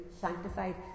sanctified